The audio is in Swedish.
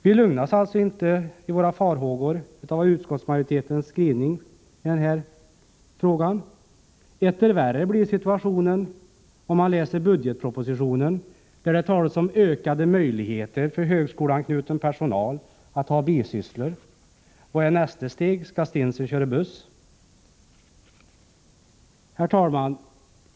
Vi lugnas alltså inte i våra farhågor av utskottsmajoritetens skrivning. Etter värre blir situationen att döma av budgetpropositionen, där det talas om ökade möjligheter för högskoleanknuten personal att ha bisysslor. Vad är nästa steg? Skall stinsen köra buss? Herr talman!